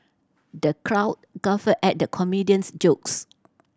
the crowd guffawed at the comedian's jokes